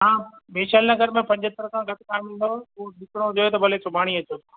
तव्हां वैशाली नगर में पंजहतरि खां घटि कान ईंदव उहो ॾिसणो हुजेव त भले सुभाणे ई अचो